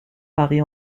marie